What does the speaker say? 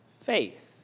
faith